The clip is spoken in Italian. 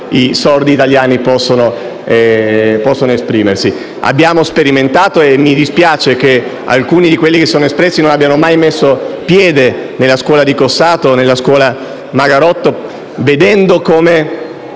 i sordi italiani possono esprimersi. Abbiamo sperimentato - e mi dispiace che alcuni di coloro che sono intervenuti non abbiano mai messo piede nella scuola di Cossato e in quella di Magarotto - e visto come